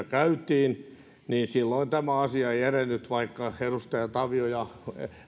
käytiin tämä asia ei edennyt vaikka edustaja tavio ja